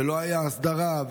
ולא הייתה הסדרה,